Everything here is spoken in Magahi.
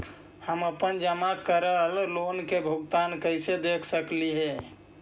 हम अपन जमा करल लोन के भुगतान कैसे देख सकली हे?